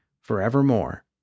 forevermore